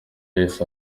yahise